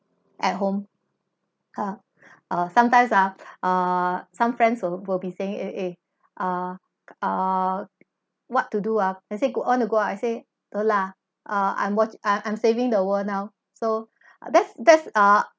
at home ah uh sometimes ah err some friends will will be saying eh eh uh uh what to do ah and say g~ want to go out I say no lah I'm watching I'm saving the world now so that's that's uh